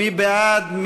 מי בעד?